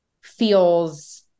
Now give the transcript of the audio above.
feels